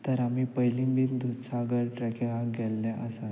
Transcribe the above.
तर आमी पयलीं बीन दुधसागर ट्रॅकिंगाक गेल्ले आसात